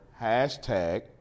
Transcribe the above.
hashtag